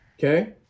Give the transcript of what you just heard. okay